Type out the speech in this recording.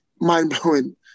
mind-blowing